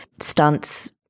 stunts